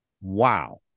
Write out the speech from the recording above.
Wow